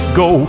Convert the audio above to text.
go